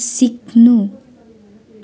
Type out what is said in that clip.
सिक्नु